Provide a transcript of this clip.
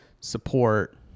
support